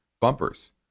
bumpers